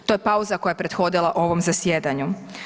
To je pauza koja prethodila ovom zasjedanju.